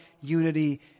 unity